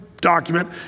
document